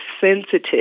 sensitive